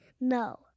no